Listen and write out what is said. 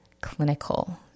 clinical